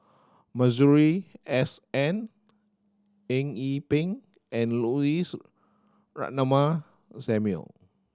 Masuri S N Eng Yee Peng and Louis Ratnammah Samuel